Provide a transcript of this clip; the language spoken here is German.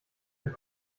eine